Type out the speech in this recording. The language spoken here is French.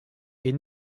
est